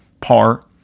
par